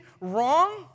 wrong